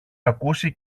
ακούσει